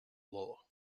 law